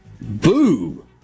Boo